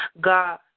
God